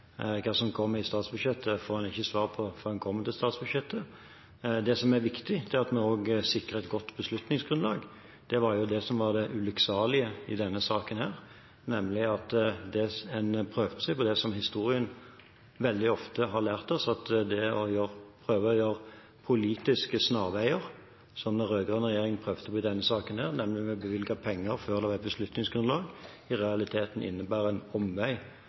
hva svaret på det spørsmålet er. Hva som kommer i statsbudsjettet, får han ikke svar på før en kommer til statsbudsjettet. Det som er viktig, er at vi også sikrer et godt beslutningsgrunnlag. Det var jo det som var det ulykksalige i denne saken – og noe historien ofte har lært oss – nemlig at en prøvde seg på politiske snarveier, slik den rød-grønne regjeringen gjorde, nemlig å bevilge penger før det var et beslutningsgrunnlag. I realiteten innebar det en omvei